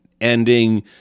ending